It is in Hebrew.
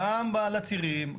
גם בצירים,